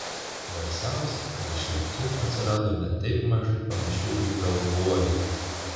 baisiausia kad iš lietuvių atsirado ne taip mažai panašių į galbuogį